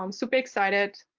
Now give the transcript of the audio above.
um super excited,